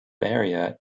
area